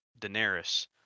Daenerys